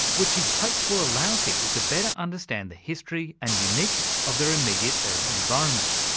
which he hopes will allow people to better understand the history and uniqueness of their immediate urban environment.